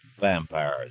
vampires